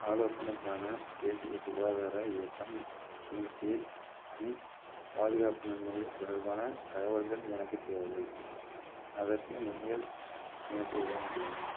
ஆலோசனைக்கான தேசிய சுகாதார இயக்கம் இன் கீழ் இன் பாதுகாப்பு நன்மைகள் தொடர்பான தகவல்கள் எனக்கு தேவை அதற்கு நீங்கள் எனக்கு உதவ முடியுமா